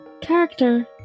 character